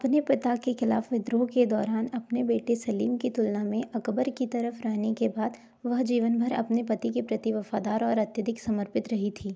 अपने पिता के खिलाफ़ विद्रोह के दौरान अपने बेटे सलीम की तुलना में अकबर की तरफ़ रहने के बाद वह जीवन भर अपने पति के प्रति वफ़ादार और अत्याधिक समर्पित रही थी